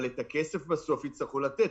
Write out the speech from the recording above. אבל את הכסף בסוף יצטרכו לתת.